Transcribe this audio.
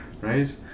right